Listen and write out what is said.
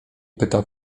pyta